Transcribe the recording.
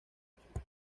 áfrica